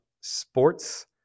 sports